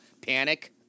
Panic